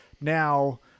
now